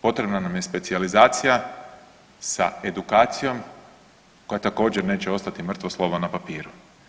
Potrebna nam je specijalizacija sa edukacijom koja također neće ostati mrtvo slovo na papiru.